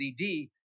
ed